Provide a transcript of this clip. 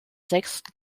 sechsten